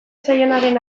zaionaren